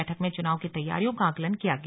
बैठक में चुनाव की तैयारियों का आंकलन किया गया